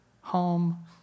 home